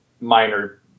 minor